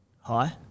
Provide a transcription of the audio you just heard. Hi